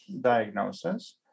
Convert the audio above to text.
diagnosis